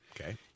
Okay